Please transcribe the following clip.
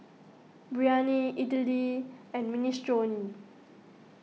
Biryani Idili and Minestrone